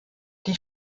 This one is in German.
die